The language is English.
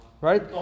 Right